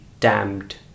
damned